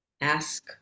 ask